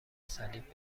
صلیب